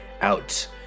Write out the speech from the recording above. out